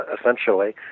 essentially